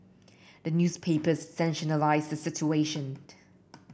the newspapers the situation